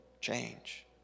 change